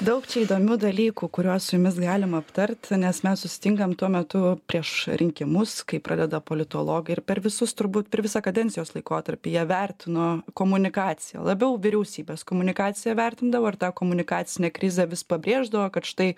daug čia įdomių dalykų kuriuos su jumis galim aptart nes mes susitinkam tuo metu prieš rinkimus kai pradeda politologai ir per visus turbūt per visą kadencijos laikotarpį jie vertino komunikaciją labiau vyriausybės komunikaciją vertindavo ar ta komunikacinė krizė vis pabrėždavo kad štai